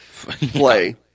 play